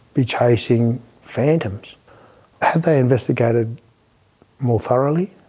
be chasing phantoms. had they investigated more thoroughly,